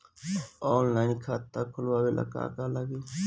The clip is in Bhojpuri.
ऑनलाइन खाता खोलबाबे ला का का लागि?